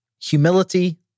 humility